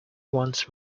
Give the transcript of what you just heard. once